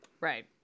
Right